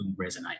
resonate